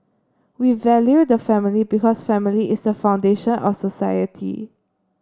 we value the family because family is the foundation of society